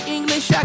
English